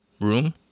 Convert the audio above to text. room